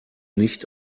nicht